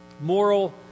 moral